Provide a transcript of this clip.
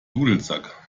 dudelsack